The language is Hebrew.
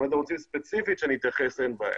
אם אתם רוצים שאני אתייחס ספציפית, אין בעיה.